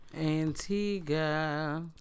Antigua